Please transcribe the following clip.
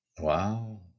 Wow